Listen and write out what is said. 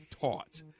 taught